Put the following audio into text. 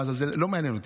לא מעניין אותי.